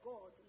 God